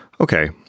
Okay